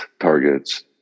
targets